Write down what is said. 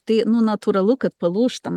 tai nu natūralu kad palūžtam